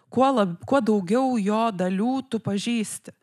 kuo lab kuo daugiau jo dalių tu pažįsti